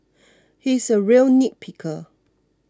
he is a real nitpicker